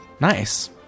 Nice